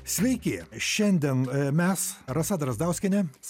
sveiki šiandien mes rasa drazdauskienė